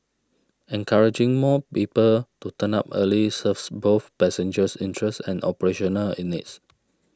encouraging more people to turn up early serves both passengers interests and operational needs